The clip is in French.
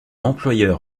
employeur